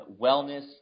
wellness